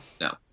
No